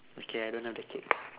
okay I don't have the cake